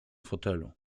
fotelu